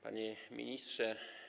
Panie Ministrze!